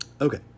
Okay